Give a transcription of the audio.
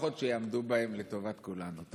לפחות שיעמדו בהן, לטובת כולנו.